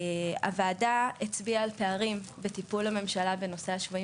הוועדה הצביעה על פערים בטיפול הממשלה בנושא השבויים